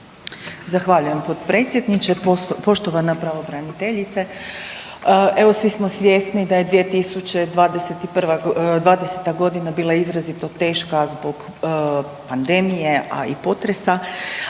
Zahvaljujem potpredsjedniče. Poštovana pravobraniteljice evo svi smo svjesni da je 2021., '20.-ta godina bila izrazito teška zbog pandemije, a i potresa,